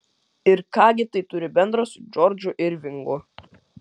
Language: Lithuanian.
ir ką gi tai turi bendra su džordžu irvingu